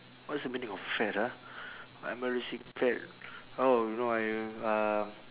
what's the meaning of fad ah what embarrassing fad oh you know I uh